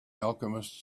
alchemist